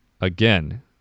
again